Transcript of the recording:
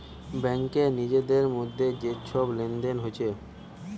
ব্যাংকে নিজেদের মধ্যে যে সব লেনদেন হচ্ছে